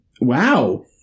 wow